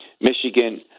Michigan